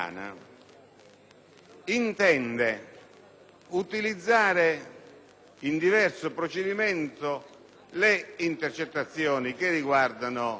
utilizzare in diverso procedimento le intercettazioni che riguardano il senatore Dell'Utri.